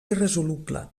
irresoluble